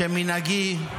כמנהגי,